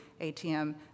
ATM